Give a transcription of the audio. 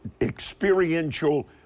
experiential